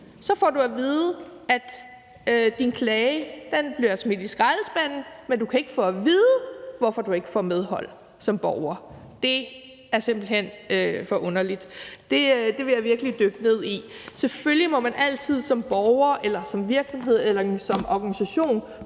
så får du at vide, at din klage bliver smidt i skraldespanden, men du kan ikke få at vide, hvorfor du ikke får medhold som borger. Det er simpelt hen for underligt, og det vil jeg virkelig dykke ned i. Selvfølgelig må man altid som borger, som virksomhed eller som organisation